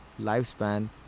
lifespan